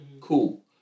Cool